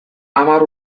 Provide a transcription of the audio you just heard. hamar